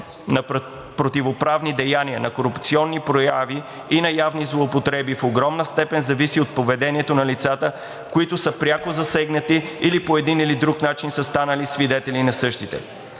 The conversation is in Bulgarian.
на противоправни деяния, на корупционни прояви и на явни злоупотреби в огромна степен зависи от поведението на лицата, които са пряко засегнати или по един или друг начин са станали свидетели на същите.